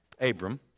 Abram